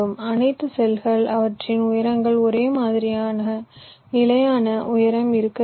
அனைத்து செல்கள் அவற்றின் உயரங்கள் ஒரே மாதிரியாக நிலையான உயரம் இருக்க வேண்டும்